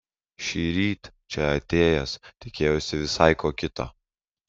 šįryt čia atėjęs tikėjausi visai ko kito